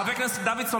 חבר הכנסת אבוטבול.